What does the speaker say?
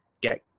get